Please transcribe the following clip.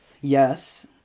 yes